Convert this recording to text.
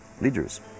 leaders